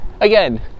again